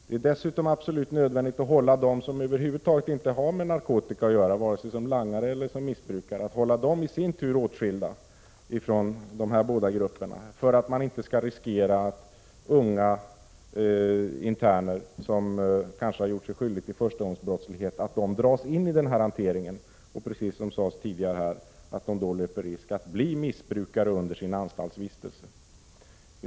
Det är dessutom absolut nödvändigt att hålla dem som över huvud taget inte befattar sig med narkotika, varken som missbrukare eller som langare, skilda från dessa båda grupper för att man inte skall riskera att unga interner, som kanske har gjort sig skyldiga till förstagångsbrottslighet, dras in i den här hanteringen och därmed — som det sades tidigare — löper risk att under sin anstaltsvistelse bli missbrukare.